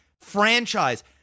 franchise